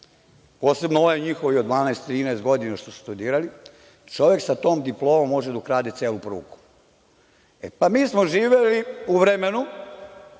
posebno ovi njihovi 12, 13 godina što su studirali, čovek sa tom diplomom može da ukrade celu prugu.E, pa mi smo živeli u vremenu